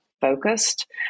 focused